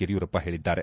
ಯಡಿಯೂರಪ್ಪ ಹೇಳಿದ್ದಾರೆ